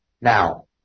now